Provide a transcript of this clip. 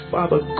Father